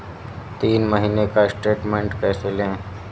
तीन महीने का स्टेटमेंट कैसे लें?